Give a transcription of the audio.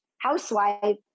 housewife